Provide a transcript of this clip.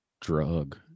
drug